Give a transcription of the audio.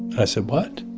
i said, what?